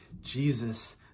Jesus